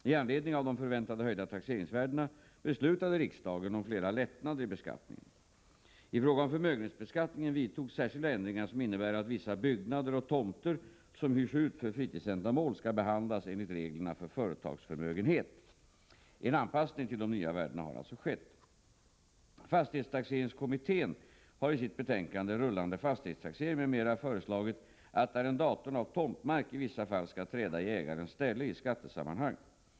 I anledning av de förväntade höjda taxeringsvärdena beslutade riksdagen om flera lättnader i beskattningen. I fråga om förmögenhetsbeskattningen vidtogs särskilda ändringar, som innebär att vissa byggnader och tomter som hyrs ut för fritidsändamål skall behandlas enligt reglerna för företagsförmögenhet. En anpassning till de nya värdena har alltså skett. Fastighetstaxeringskommittén har i sitt betänkande Rullande fastighetstaxering m.m. föreslagit att arrendatorn av tomtmark i vissa fall skall träda i ägarens ställe i skattesammanhang.